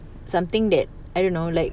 something that I don't know like